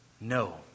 no